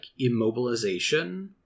immobilization